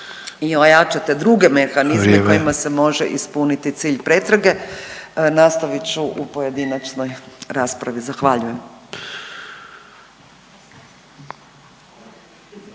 Urša (Možemo!)** … ispuniti cilj pretrage. Nastavit ću u pojedinačnoj raspravi. Zahvaljujem.